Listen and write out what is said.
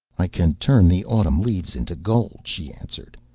i can turn the autumn leaves into gold she answered,